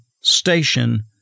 station